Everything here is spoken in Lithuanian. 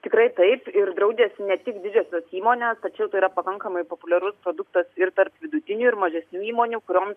tikrai taip ir draudėsi ne tik didžiosios įmonės tačiau tai yra pakankamai populiarus produktas ir tarp vidutinių ir mažesnių įmonių kurioms